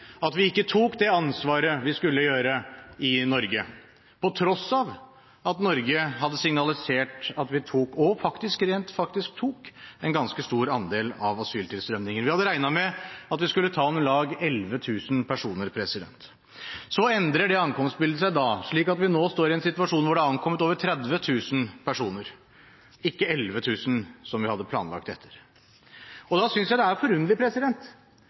at vi ikke tok ansvaret vi skulle i Norge – på tross av at Norge hadde signalisert at vi skulle ta og rent faktisk tok en ganske stor andel av asyltilstrømmingen. Vi hadde regnet med at vi skulle ta om lag 11 000 personer. Så endrer det ankomstbildet seg, slik at vi nå står i en situasjon hvor det har ankommet over 30 000 personer, ikke 11 000 vi hadde planlagt for. Da synes jeg det er forunderlig